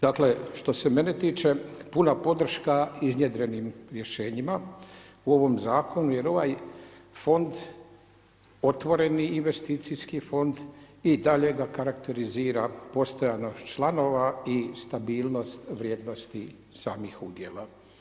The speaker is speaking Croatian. Dakle, što se mene tiče puna podrška iznjedrenim rješenjima u ovom zakonu, jer ovaj fond otvoreni investicijski fond, i dalje ga karakterizira postojanju članova i stabilnost vrijednosti samih udjela.